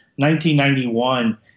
1991